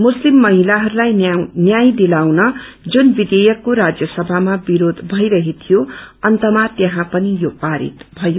मुरिलम महिलाहरूलाई न्याय दिलाउन जुन विवेयकको राज्यसभामा विरोध भयो अन्तया त्यहाँ पनि यो पारित भयो